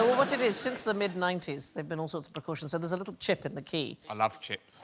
what it is since the mid ninety s. there've been all sorts of precautions. so there's a little chip in the key i love chips